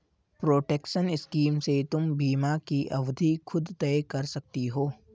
protection scheme से तुम बीमा की अवधि खुद तय कर सकती हो